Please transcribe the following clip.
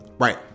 right